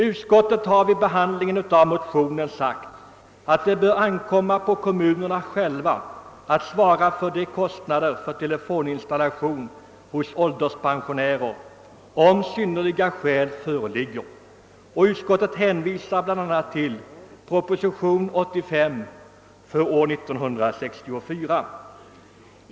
Utskottet har vid behandlingen av motionen uttalat att det bör ankomma på kommunerna själva att svara för kostnaderna för telefoninstallation hos ålderspensionärer om synnerliga skäl föreligger. Utskottet hänvisar bl.a. till proposition nr 85 år 1964.